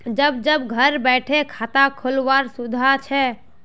जब जब घर बैठे खाता खोल वार सुविधा छे